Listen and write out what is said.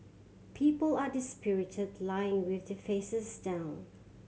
people are dispirited lying with their faces down